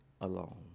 alone